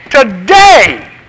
Today